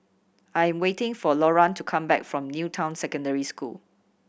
I am waiting for Loran to come back from New Town Secondary School